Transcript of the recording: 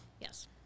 Yes